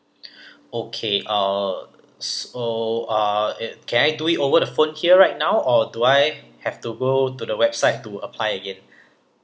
okay uh s~ oh uh it can I do it over the phone here right now or do I have to go to the website to apply again